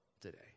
today